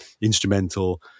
instrumental